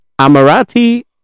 Amarati